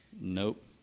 Nope